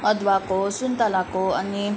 अदुवाको सुन्तलाको अनि